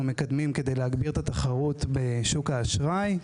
מקדמים כדי להגביר את התחרות בשוק האשראי.